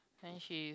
then she